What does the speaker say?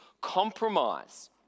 compromise